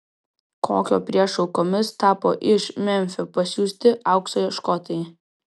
kokio priešo aukomis tapo iš memfio pasiųsti aukso ieškotojai